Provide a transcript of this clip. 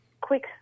quick